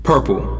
Purple